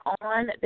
on